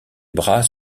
bras